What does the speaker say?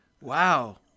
Wow